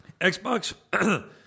Xbox